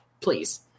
please